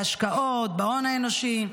בהשקעות, בהון האנושי.